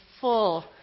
full